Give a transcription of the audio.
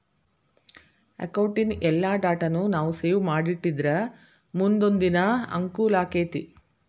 ಅಕೌಟಿನ್ ಎಲ್ಲಾ ಡಾಟಾನೂ ನಾವು ಸೇವ್ ಮಾಡಿಟ್ಟಿದ್ರ ಮುನ್ದೊಂದಿನಾ ಅಂಕೂಲಾಕ್ಕೆತಿ